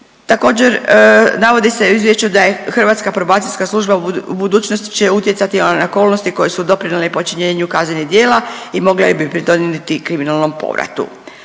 Također navodi se u izvješću da je hrvatska probacijska služba u budućnosti će utjecati na okolnosti koje su doprinijele i počinjenju kaznenih djela i mogla bi pridonijeti i kriminalnom povratu.